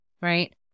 right